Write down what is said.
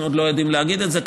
אנחנו עוד לא יודעים להגיד את זה.